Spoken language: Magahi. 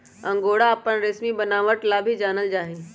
अंगोरा अपन रेशमी बनावट ला भी जानल जा हई